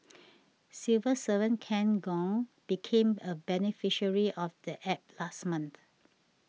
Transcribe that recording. civil servant Ken Gong became a beneficiary of the App last month